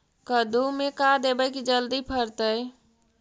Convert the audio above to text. कददु मे का देबै की जल्दी फरतै?